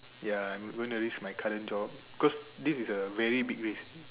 ya I am gonna use my current job cause this is a very big risk